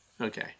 Okay